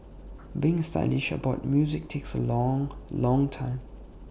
being stylish about music takes A long long time